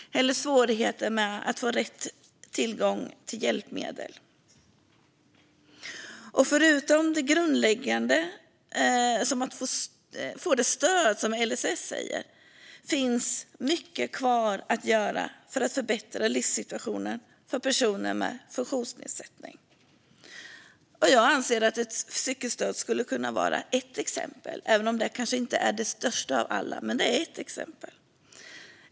Det kan också vara svårigheter att få rätt tillgång till hjälpmedel. Förutom det grundläggande som att få det stöd som LSS säger finns mycket kvar att göra för att förbättra livssituationen för personer med funktionsnedsättning. Ett cykelstöd är inte det största av alla stöd, men jag anser att det kan vara ett exempel.